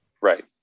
Right